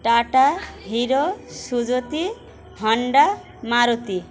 tata Hero Suzuki Honda Maruti